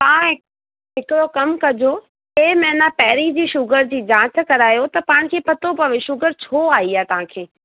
तव्हां हिकिड़ो कमु कजो टे महीना पहिरीं जी शुगर जी जांच करायो त पाणि खे पतो पवे शुगर छो आई आहे तव्हांखे